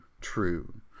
true